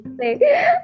say